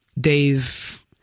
Dave